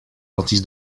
dentiste